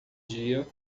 dia